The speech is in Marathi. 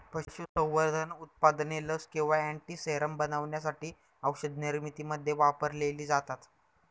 पशुसंवर्धन उत्पादने लस किंवा अँटीसेरम बनवण्यासाठी औषधनिर्मितीमध्ये वापरलेली जातात